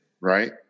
right